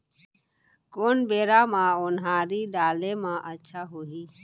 कोन बेरा म उनहारी डाले म अच्छा होही?